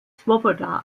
swoboda